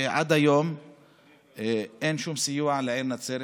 שעד היום אין סיוע לעיר נצרת,